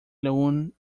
loan